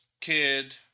kid